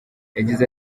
yagize